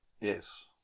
Yes